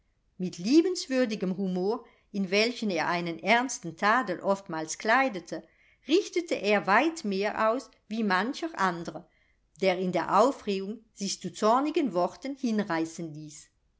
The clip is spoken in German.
mit liebenswürdigem humor in welchen er einen ernsten tadel oftmals kleidete richtete er weit mehr aus wie mancher andre der in der aufregung sich zu zornigen worten hinreißen ließ